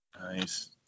Nice